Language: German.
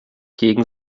gegen